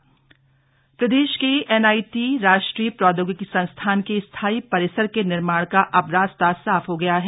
NIT प्रदेश के NIT राष्ट्रीय प्रौद्योगिकी संस्थान के स्थायी परिसर के निर्माण का अब रास्ता साफ हो गया है